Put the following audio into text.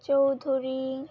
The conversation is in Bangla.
চৌধুরী